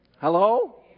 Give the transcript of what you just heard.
Hello